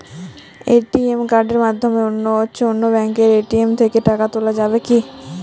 ATM কার্ডের মাধ্যমে অন্য ব্যাঙ্কের এ.টি.এম থেকে টাকা তোলা যাবে কি?